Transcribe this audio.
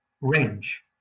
range